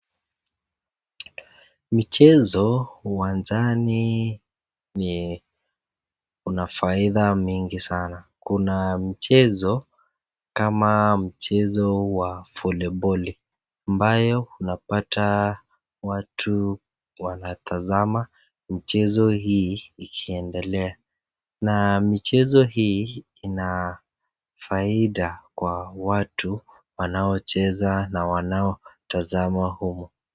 Michezo uwanjani ni una faida mingi sana, kuna mchezo kama mchezo wa voliboli ambayo unapata watu wanatazama mchezo hii ikiendelea na michezo hii ina faida kwa watu wanaocheza na wanaotazama humu.